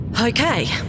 Okay